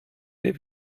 der